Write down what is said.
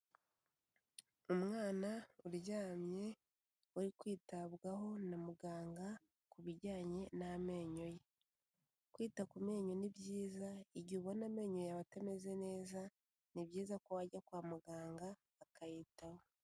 Umwana uryamye uri kwitabwaho na muganga ku bijyanye n'amenyo ye, kwita ku menyo ni byiza igihe ubona amenyo yawe atameze neza ni byiza ko wajya kwa muganga akayitaho.